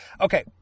Okay